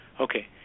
okay